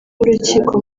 urukiko